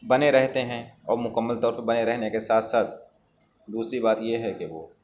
بنے رہتے ہیں اور مکمل طور پر بنے رہنے کے ساتھ ساتھ دوسری بات یہ ہے کہ وہ